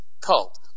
cult